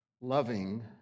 loving